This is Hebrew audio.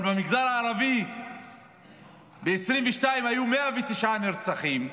אבל במגזר הערבי ב-2022 היו 109 נרצחים.